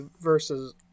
versus